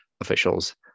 officials